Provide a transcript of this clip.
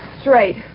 straight